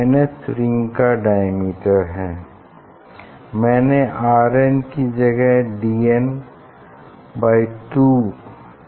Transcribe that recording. अगर हम working formula को देखें इससे हमें पता चलता है की हम Dm square versus m plot करें तो हम फॉर्मूले की राइट साइड इस प्लाट के स्लोप से निकाल सकते हैं क्यूंकि यह हमें एक स्ट्रैट लाइन देता है